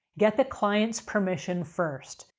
get the client's permission first,